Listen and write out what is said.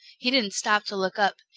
he didn't stop to look up.